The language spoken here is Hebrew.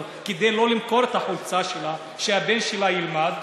לא למכור את החולצה שלה כדי שהבן שלה ילמד,